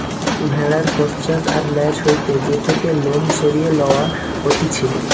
ভেড়ার পশ্চাৎ আর ল্যাজ হইতে যে থেকে লোম সরিয়ে লওয়া হতিছে